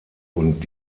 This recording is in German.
und